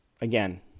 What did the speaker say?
Again